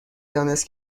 دانست